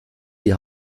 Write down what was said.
die